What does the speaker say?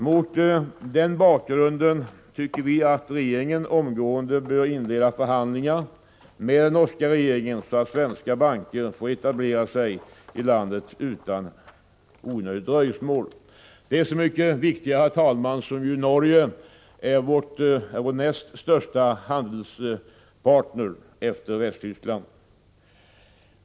Mot denna bakgrund tycker vi att regeringen omgående bör inleda förhandlingar med den norska regeringen så att svenska banker får etablera sig i landet utan onödigt dröjsmål. Detta är så mycket viktigare som Norge är vår näst största handelspartner efter Västtyskland.